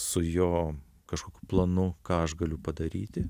su jo kažkokiu planu ką aš galiu padaryti